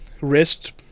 wrist